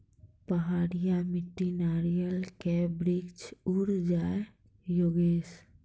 पहाड़िया मिट्टी नारियल के वृक्ष उड़ जाय योगेश?